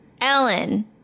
Ellen